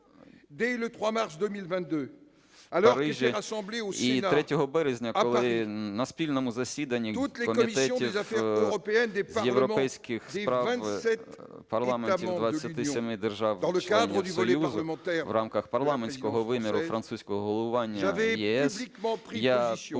і 3 березня, коли на спільному засіданні комітетів з європейських справ парламентів 27 держав-членів Союзу в рамках парламентського виміру французького головування в ЄС я публічно